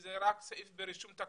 זה רק סעיף ברישום תקציבי.